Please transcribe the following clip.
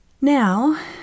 Now